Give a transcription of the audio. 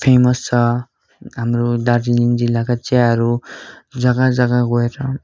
famous छ हाम्रो दार्जिलिङ जिल्लाका चियाहरू जग्गा जग्गा गएर